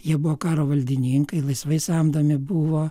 jie buvo karo valdininkai laisvai samdomi buvo